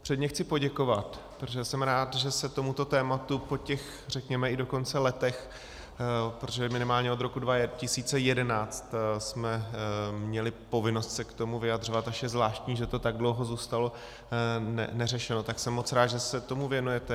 Přesně chci poděkovat, protože jsem rád, že se tomuto tématu po těch, řekněme, i dokonce letech, protože minimálně od roku 2011 jsme měli povinnost se k tomu vyjadřovat, až je zvláštní, že to tak dlouho zůstalo neřešeno, tak jsem moc rád, že se tomu věnujete.